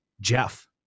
Jeff